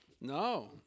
No